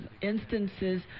instances